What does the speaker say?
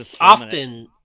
Often